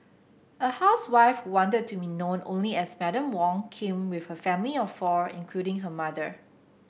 a housewife who wanted to be known only as Madam Wong came with her family of four including her mother